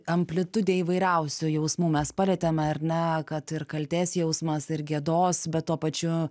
amplitudę įvairiausių jausmų mes palietėm ar ne kad ir kaltės jausmas ir gėdos bet tuo pačiu